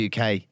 UK